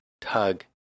tug